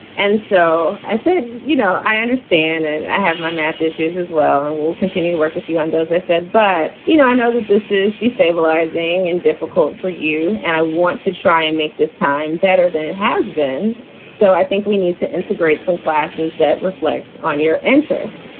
and so i said, you know, i understand. and i have my math issues as well. and we'll continue to work with you on those. i said. but, you know, i know that this is destabilizing and difficult for you. and i want to try and make this time better than it has been. so i think we need to integrate some classes that reflect on your interests.